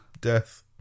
death